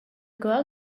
girl